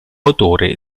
autore